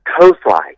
Coastline